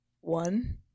one